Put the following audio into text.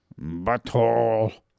Butthole